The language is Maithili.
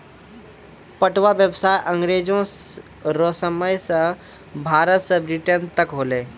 पटुआ व्यसाय अँग्रेजो रो समय से भारत से ब्रिटेन तक होलै